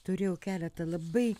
turėjau keletą labai